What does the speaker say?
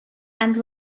and